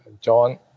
John